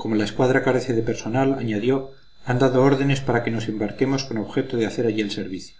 como la escuadra carece de personal añadió han dado orden para que nos embarquemos con objeto de hacer allí el servicio